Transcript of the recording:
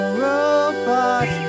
robot